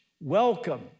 welcome